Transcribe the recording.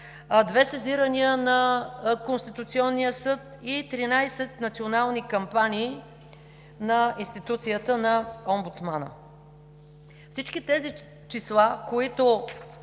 две сезирания на Конституционния съд и 13 национални кампании на институцията на Омбудсмана. Всички тези числа, които